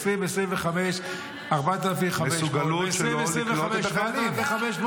אי-אפשר לגייס אנשים ולזרוק אותם לרחוב.